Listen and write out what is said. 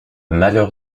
malheur